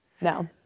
no